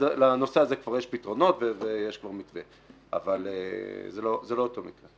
לנושא הזה כבר יש פתרונות ויש כבר מתווה אבל זה לא אותו מקרה.